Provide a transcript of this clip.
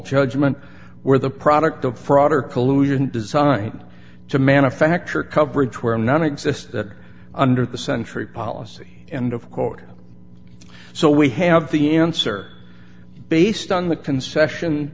judgment were the product of fraud or collusion designed to manufacture coverage where none exists that under the sentry policy and of course so we have the answer based on the concession